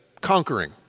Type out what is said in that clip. Conquering